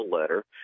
letter